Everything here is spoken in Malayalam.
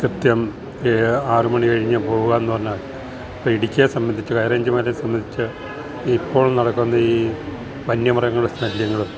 കൃത്യം ആറ് മണി കഴിഞ്ഞാൽ പോകാന്ന് പറഞ്ഞാ ഇപ്പ ഇടുക്കിയെ സമ്പന്ധിച്ച് ഹൈ റേയ്ഞ്ച് മേഘലയേ സമ്പന്ധിച്ച് ഇപ്പോൾ നടക്കുന്ന ഈ വന്യമൃഗങ്ങൾടെ ശല്ല്യങ്ങൾ